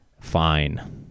fine